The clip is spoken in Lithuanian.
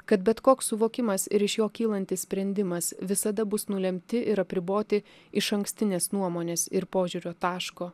kad bet koks suvokimas ir iš jo kylantis sprendimas visada bus nulemti ir apriboti išankstinės nuomonės ir požiūrio taško